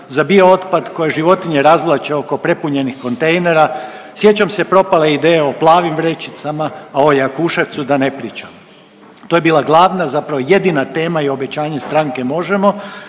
za biootpad koje životinje razvlače oko prepunjenih kontejnera, sjećam se propale ideje o plavim vrećicama, a o Jakuševcu da ne pričam. To je bila glavna zapravo jedina tema i obećanje stranke Možemo!,